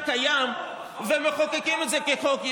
תצטער על זה שעכשיו לא הצביעו עליו 100 חברי כנסת,